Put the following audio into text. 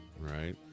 right